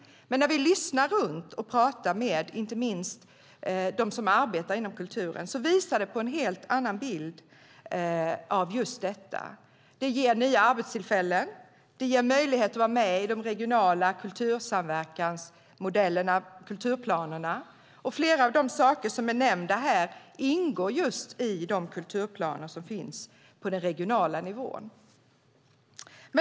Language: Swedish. Men när vi lyssnar runt och talar med inte minst de som arbetar inom kulturen visar det på en helt annan bild av detta. Det ger nya arbetstillfällen. Det ger möjlighet att vara med i de regionala kultursamverkansmodellerna och kulturplanerna. Flera av de saker som är nämnda här ingår i de kulturplaner som finns på den regionala nivån.